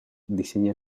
diseña